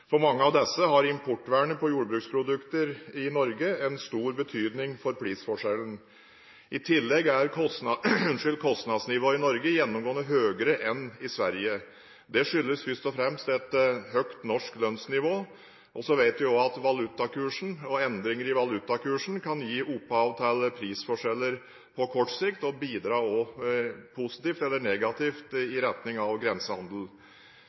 For mange av disse har importvernet på jordbruksprodukter i Norge stor betydning for prisforskjellen. I tillegg er kostnadsnivået i Norge gjennomgående høyere enn i Sverige. Det skyldes først og fremst et høyt norsk lønnsnivå. Så vet vi også at valutakursen, og endringer i valutakursen, kan gi opphav til prisforskjeller på kort sikt og bidra i positiv eller negativ retning for grensehandelen. Så er det også viktig å understreke at handel over landegrensene – herunder grensehandel